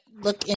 look